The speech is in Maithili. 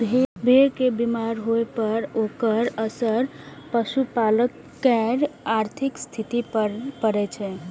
भेड़ के बीमार होइ पर ओकर असर पशुपालक केर आर्थिक स्थिति पर पड़ै छै